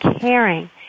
caring